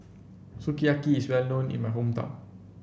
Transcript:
sukiyaki is well known in my hometown